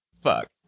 Fuck